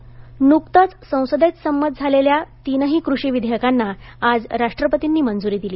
कृषी विधेयक नुकतंच संसदेत संमत झालेल्या तीनही कृषी विधेयकांना आज राष्ट्रपतींनी मंजुरी दिली